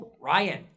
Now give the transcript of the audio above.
Ryan